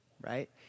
right